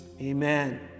amen